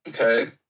Okay